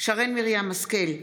שרן מרים השכל,